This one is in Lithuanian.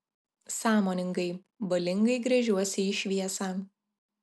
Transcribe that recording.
sąmoningai valingai gręžiuosi į šviesą